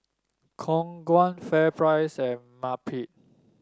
Khong Guan FairPrice and Marmite